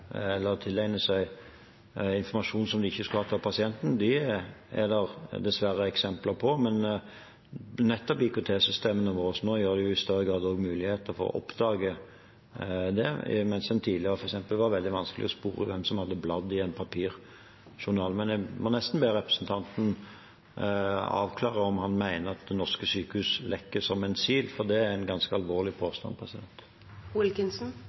eller tilegner seg informasjon som de ikke skulle hatt om pasienten, er det dessverre, men nettopp IKT-systemene våre gjør det nå i større grad mulig å oppdage det, mens det tidligere f.eks. var veldig vanskelig å spore hvem som hadde bladd i en papirjournal. Men jeg må nesten be representanten Wilkinson avklare om han mener at norske sykehus lekker som en sil, for det er en ganske alvorlig